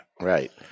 Right